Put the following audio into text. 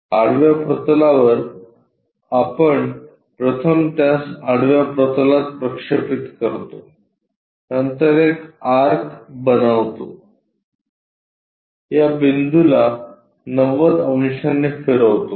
आडव्या प्रतलावर आपण प्रथम त्यास आडव्या प्रतलात प्रक्षेपित करतो नंतर एक आर्क बनवतो या बिंदूला 90 अंशांनी फिरवतो